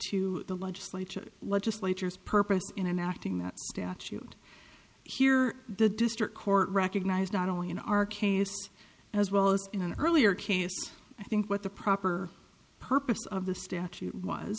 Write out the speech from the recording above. to the legislature legislatures purpose in an acting that statute here the district court recognized not only in our case as well as in an earlier case i think what the proper purpose of the statute was